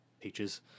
peaches